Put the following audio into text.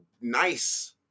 nice